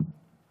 שאני מחייך?